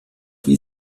wie